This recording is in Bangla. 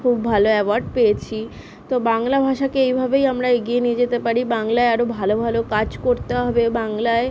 খুব ভালো অ্যাওয়ার্ড পেয়েছি তো বাংলা ভাষাকে এইভাবেই আমরা এগিয়ে নিয়ে যেতে পারি বাংলায় আরও ভালো ভালো কাজ করতে হবে বাংলায়